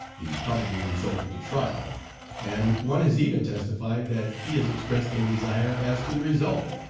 the probable result of the trial and one has even testified that he has expressed a desire as to the result.